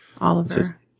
Oliver